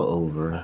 over